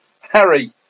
Harry